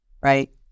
right